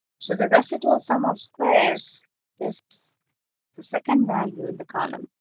so the residual sum of squares is the second value in the column,